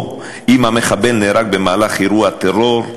אם המחבל נהרג במהלך אירוע טרור,